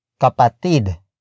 Kapatid